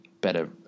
better